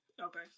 Okay